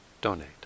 donate